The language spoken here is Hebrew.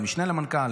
למשנה למנכ"ל,